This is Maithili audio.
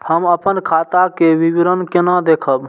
हम अपन खाता के विवरण केना देखब?